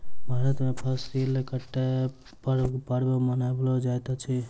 भारत में फसिल कटै पर पर्व मनाओल जाइत अछि